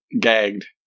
gagged